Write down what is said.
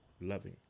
loving